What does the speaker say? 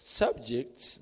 subjects